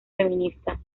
feminista